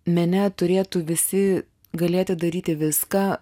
mene turėtų visi galėti daryti viską